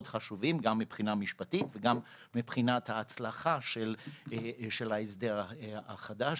חשובים גם מבחינה משפטית וגם מבחינת ההצלחה של ההסדר החדש.